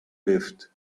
lived